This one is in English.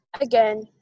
again